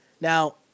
Now